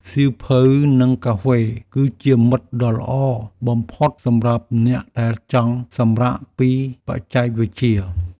សៀវភៅ និងកាហ្វេ គឺជាមិត្តដ៏ល្អបំផុតសម្រាប់អ្នកដែលចង់សម្រាកពីបច្ចេកវិទ្យា។